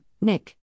Nick